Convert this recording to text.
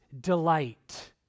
delight